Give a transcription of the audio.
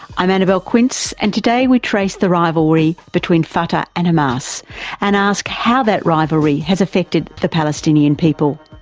i'm annabelle quince and today we trace the rivalry between fatah and hamas and ask how that rivalry has affected the palestinian people.